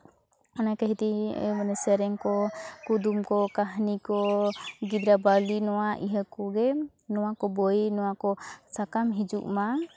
ᱚᱱᱟ ᱠᱷᱟᱹᱛᱤᱨ ᱛᱮᱜᱮ ᱢᱟᱱᱮ ᱥᱮᱨᱮᱧ ᱠᱚ ᱠᱩᱫᱩᱢ ᱠᱚ ᱠᱟᱹᱦᱱᱤ ᱠᱚ ᱜᱤᱫᱽᱨᱟᱹ ᱵᱟᱣᱞᱤ ᱱᱚᱣᱟ ᱤᱭᱟᱹ ᱠᱚᱜᱮ ᱱᱚᱣᱟ ᱠᱚ ᱵᱳᱭ ᱱᱚᱣᱟ ᱠᱚ ᱥᱟᱠᱟᱢ ᱦᱤᱡᱩᱜ ᱢᱟ